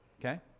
Okay